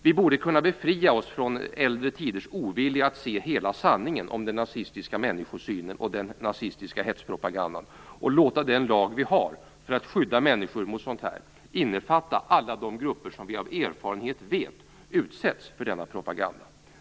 Vi borde kunna befria oss från äldre tiders ovilja att se hela sanningen om den nazistiska människosynen och den nazistiska hälsopropagandan och låta den lag vi har för att skydda människor mot sådant här innefatta alla de grupper som vi av erfarenhet vet utsätts för denna propaganda.